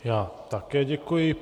Já také děkuji.